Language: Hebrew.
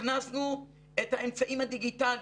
הכנסנו את האמצעים הדיגיטליים,